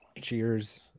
Cheers